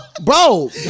Bro